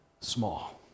small